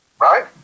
Right